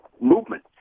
movement